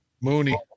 Mooney